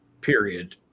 period